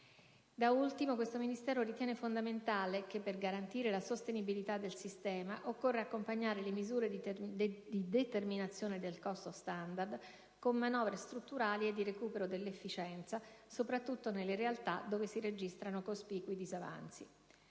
Da ultimo, questo Ministero ritiene fondamentale che per garantire la sostenibilità del sistema occorra accompagnare le misure di determinazione del costo standard con manovre strutturali e di recupero dell'efficienza, soprattutto nelle realtà dove si registrano cospicui disavanzi.